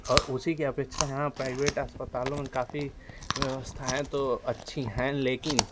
और उसी के अपेक्षा यहाँ प्राइभेट अस्पतालों में काफी व्यवस्थाएँ तो अच्छी हें लेकिन